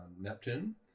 Neptune